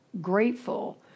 grateful